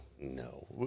No